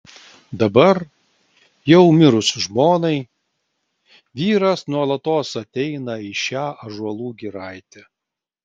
dabar jau mirus žmonai vyras nuolatos ateina į šią ąžuolų giraitę